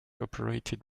operated